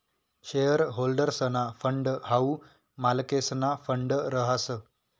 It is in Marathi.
शेअर होल्डर्सना फंड हाऊ मालकेसना फंड रहास